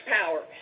power